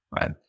right